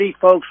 folks